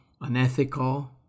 unethical